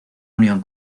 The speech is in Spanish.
unión